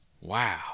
Wow